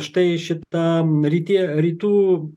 štai šitam rytie rytų